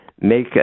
make